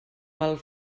pel